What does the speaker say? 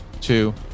Two